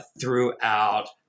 throughout